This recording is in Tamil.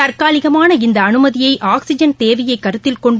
தற்காலிகமான இந்த அனுமதியை ஆக்ஸிஜன் தேவையை கருத்தில் கொன்டு